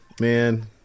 Man